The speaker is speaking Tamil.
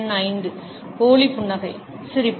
எண் 5 போலி புன்னகை சிரிப்பு